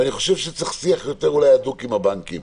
אני חושב שאולי צריך שיח יותר הדוק עם הבנקים,